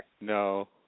No